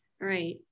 Right